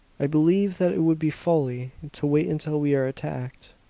i believe that it would be folly to wait until we are attacked.